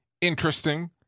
interesting